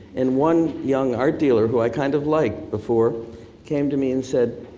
and one young art dealer who i kind of liked before came to me and said,